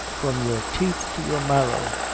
from your teeth to your marrow.